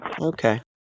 Okay